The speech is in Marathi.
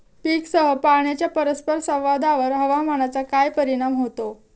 पीकसह पाण्याच्या परस्पर संवादावर हवामानाचा काय परिणाम होतो?